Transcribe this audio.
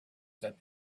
said